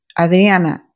Adriana